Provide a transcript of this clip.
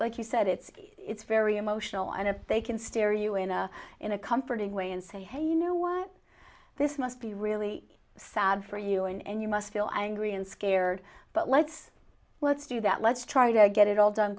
like you said it's it's very emotional and if they can stare you in a in a comforting way and say hey you know what this must be really sad for you and you must feel angry and scared but let's let's do that let's try to get it all done